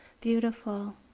beautiful